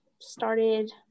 started